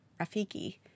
Rafiki